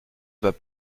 vas